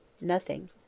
Nothing